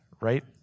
right